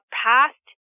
past